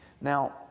now